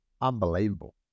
Unbelievable